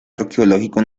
arqueológico